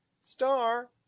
star